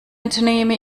entnehme